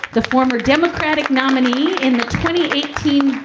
the former democratic nominee in twenty eighteen.